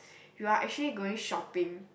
you are actually going shopping